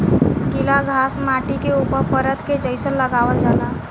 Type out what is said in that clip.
गिला घास माटी के ऊपर परत के जइसन लगावल जाला